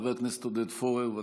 חבר הכנסת עודד פורר, בבקשה.